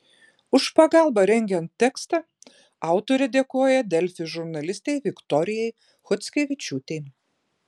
už pagalbą rengiant tekstą autorė dėkoja delfi žurnalistei viktorijai chockevičiūtei